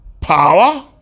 power